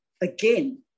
again